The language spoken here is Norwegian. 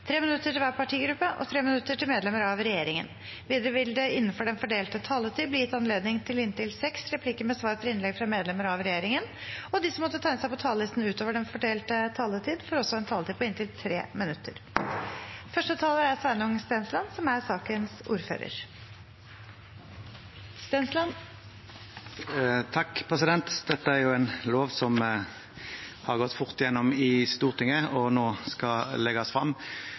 minutter til hver partigruppe og 3 minutter til medlemmer av regjeringen. Videre vil det – innenfor den fordelte taletid – bli gitt anledning til inntil seks replikker med svar etter innlegg fra medlemmer av regjeringen, og de som måtte tegne seg på talerlisten utover den fordelte taletid, får en taletid på inntil 3 minutter. Jeg ønsker å takke komiteen for godt arbeid og samarbeid i denne saken, hvor SV ønsker å bygge såkalte to- og trefelts motorveier i